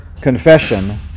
confession